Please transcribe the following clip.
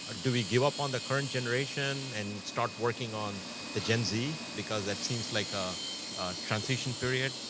ah do we give up on the current generation and start working on the gen z? because that seems like a transition period.